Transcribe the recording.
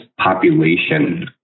population